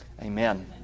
Amen